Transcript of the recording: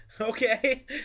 Okay